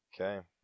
Okay